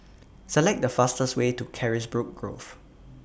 Select The fastest Way to Carisbrooke Grove